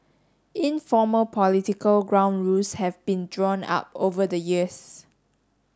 informal political ground rules have been drawn up over the years